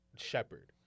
shepherd